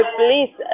please